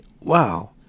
Wow